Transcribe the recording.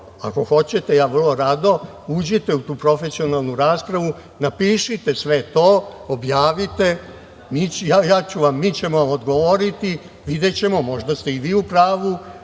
ako hoćete, ja vrlo rado, uđite u tu profesionalnu raspravu, napišite sve to, objavite. Mi ćemo vam odgovoriti. Videćemo, možda ste i vi u pravu,